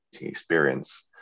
experience